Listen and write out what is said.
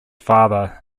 father